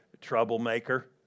troublemaker